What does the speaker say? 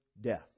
death